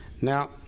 now